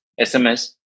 SMS